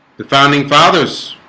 the founding fathers